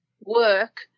work